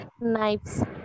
Knives